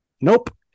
nope